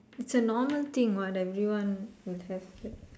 it's a normal thing what everyone will have that